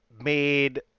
made